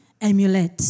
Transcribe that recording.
emulate